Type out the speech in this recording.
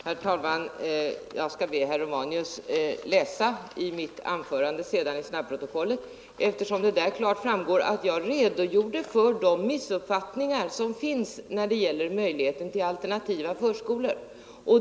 Herr talman! Jag skall be herr Romanus att senare läsa mitt anförande i snabbprotokollet, eftersom det där klart framgår att jag redogjorde för de missuppfattningar som finns när det gäller möjligheten till alternativa förskolor.